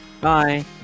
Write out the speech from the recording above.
bye